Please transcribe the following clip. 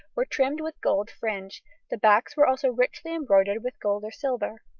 were trimmed with gold fringe the backs were also richly embroidered with gold or silver.